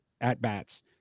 at-bats